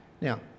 Now